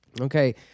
Okay